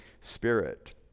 Spirit